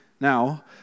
Now